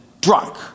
drunk